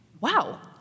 Wow